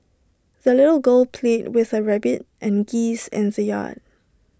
the little girl played with her rabbit and geese in the yard